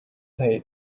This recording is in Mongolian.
сая